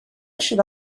should